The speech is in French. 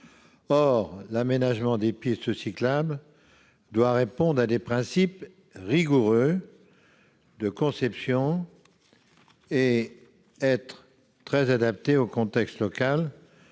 Or l'aménagement des pistes cyclables doit répondre à des principes rigoureux de conception et être très adapté au contexte local,